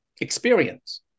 experience